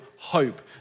hope